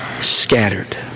scattered